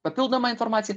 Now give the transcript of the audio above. papildomą informaciją